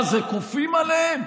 מה זה, כופים עליהם?